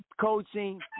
coaching